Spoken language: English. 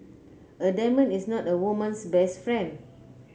a diamond is not a woman's best friend